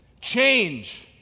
change